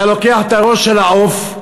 אתה לוקח את הראש של העוף,